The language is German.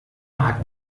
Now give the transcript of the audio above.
hat